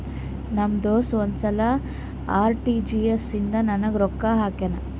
ನಮ್ ದೋಸ್ತ ಒಂದ್ ಸಲಾ ಆರ್.ಟಿ.ಜಿ.ಎಸ್ ಇಂದ ನಂಗ್ ರೊಕ್ಕಾ ಹಾಕ್ಯಾನ್